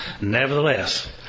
Nevertheless